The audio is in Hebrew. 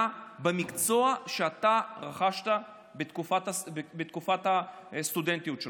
במקצוע שרכשת בתקופה הסטודנטיאלית שלך.